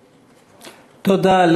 תודה.